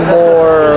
more